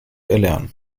erlernen